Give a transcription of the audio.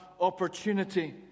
opportunity